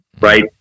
right